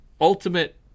ultimate